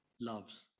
loves